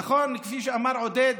נכון, כפי שאמר עודד,